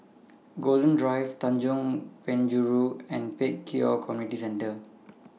Golden Drive Tanjong Penjuru and Pek Kio Community Centre